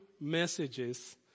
messages